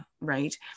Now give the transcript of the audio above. right